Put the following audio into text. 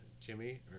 Jimmy